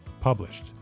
published